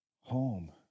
home